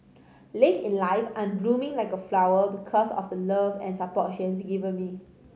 late in life I am blooming like a flower because of the love and support she has given me